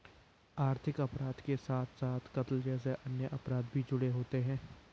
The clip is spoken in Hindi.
आर्थिक अपराध के साथ साथ कत्ल जैसे अन्य अपराध भी जुड़े होते हैं